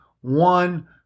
one